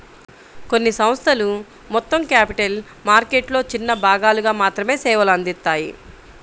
కొన్ని సంస్థలు మొత్తం క్యాపిటల్ మార్కెట్లలో చిన్న భాగాలకు మాత్రమే సేవలు అందిత్తాయి